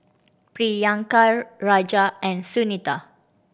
Priyanka Raja and Sunita